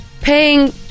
paying